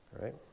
Right